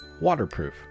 waterproof